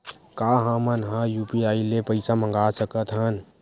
का हमन ह यू.पी.आई ले पईसा मंगा सकत हन?